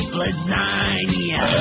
lasagna